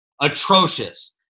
Atrocious